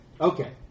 Okay